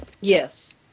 Yes